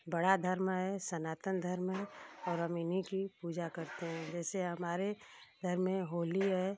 बड़ा धर्म है सनातन धर्म है और हम इन्ही की पूजा करते हैं हमारे धर्म मे होली है